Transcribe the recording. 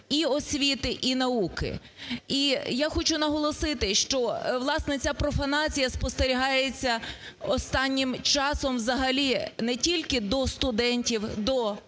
і освіти, і науки. І я хочу наголосити, що, власне, ця профанація спостерігається останнім часом взагалі не тільки до студентів, до